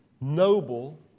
noble